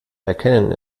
erkennen